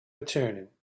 returning